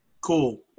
Cool